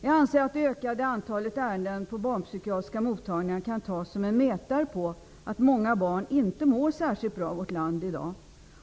Jag anser att det ökade antalet ärenden på barnpsykiatriska mottagningar kan tas som en mätare på att många barn inte mår särskilt bra i vårt land i dag.